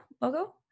logo